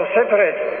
separate